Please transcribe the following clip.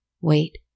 Wait